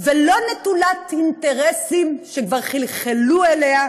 ולא נטולת אינטרסים שכבר חלחלו אליה,